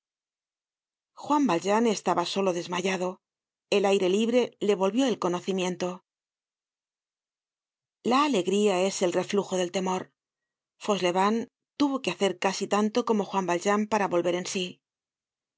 juan valjean estaba solo desmayado el aire libre le volvió el conocimiento la alegría es el reflujo del temor fauchelevent tuvo que hacer casi tanto como juan valjean para volver en sí no